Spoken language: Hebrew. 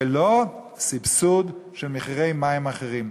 ולא סבסוד של מחירי מים אחרים.